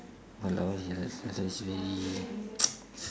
!walao! very